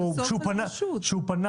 הוא יכול בחוזר מנכ"ל לדרוש,